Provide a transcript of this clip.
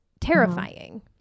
terrifying